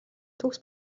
төгс